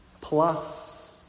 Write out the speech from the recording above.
Plus